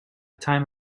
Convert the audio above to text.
time